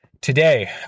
today